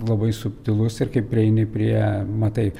labai subtilus ir kai prieini prie matai